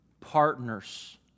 partners